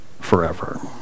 forever